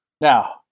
Now